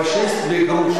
פאשיסט בגרוש.